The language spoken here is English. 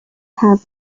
have